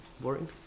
boring